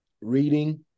reading